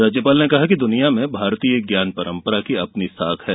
राज्यपाल ने कहा कि दुनिया में भारतीय ज्ञान परम्परा की साख है